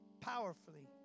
powerfully